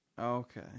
Okay